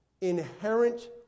inherent